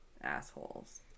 assholes